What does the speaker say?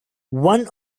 one